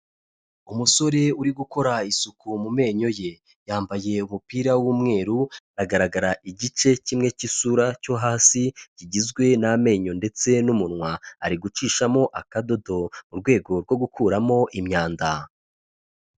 Umusore uri gukora isuku mu menyo ye, yambaye umupira w'umweru, agaragara igice kimwe cy'isura cyo hasi kigizwe n'amenyo ndetse n'umunwa, ari gucishamo akadodo mu rwego rwo gukuramo imyanda.